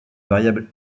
variable